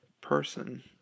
person